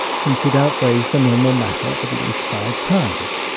since it outweighs the normal matter at least five times.